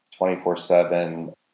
24-7